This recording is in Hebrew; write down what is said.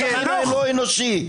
--- לא אנושי.